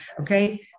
okay